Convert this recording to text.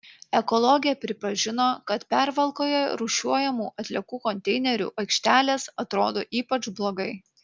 ekologė pripažino kad pervalkoje rūšiuojamų atliekų konteinerių aikštelės atrodo ypač blogai